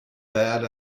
that